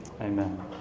Amen